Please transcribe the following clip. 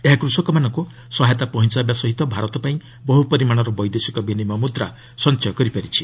ଏହା କୃଷକମାନଙ୍କୁ ସହାୟତା ପହଞ୍ଚାଇବା ସହ ଭାରତପାଇଁ ବହୁ ପରିମାଣର ବୈଦେଶିକ ବିନିମୟ ମୁଦ୍ରା ସଞ୍ଚୟ କରିପାରିଛି